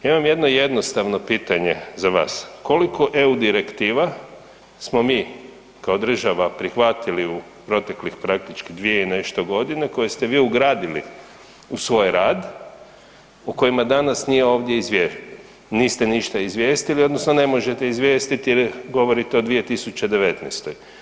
Ja imam jedno jednostavno pitanje za vas, koliko EU direktiva smo mi kao država prihvatili u proteklih, praktički 2 i nešto godine, koje ste vi ugradili u svoj rad u kojima danas nije ovdje .../nerazumljivo/... niste ništa izvijestili odnosno ne možete izvijestiti jer govorite o 2019.